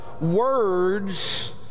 words